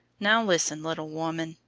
now listen, little woman.